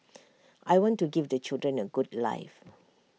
I want to give the children A good life